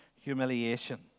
humiliation